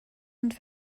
und